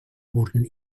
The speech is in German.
wurden